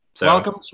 Welcome